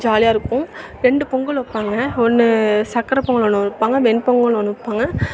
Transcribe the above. ஜாலியாக இருக்கும் ரெண்டு பொங்கல் வைப்பாங்க ஒன்று சக்கரை பொங்கல் ஒன்று வைப்பாங்க வெண்பொங்கல் ஒன்று வைப்பாங்க